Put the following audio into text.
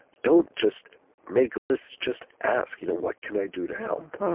don't just make lists. just ask, you know what can i do to help?